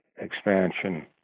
expansion